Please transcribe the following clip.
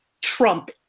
Trump